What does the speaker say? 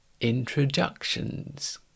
introductions